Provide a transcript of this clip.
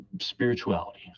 spirituality